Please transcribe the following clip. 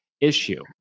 issue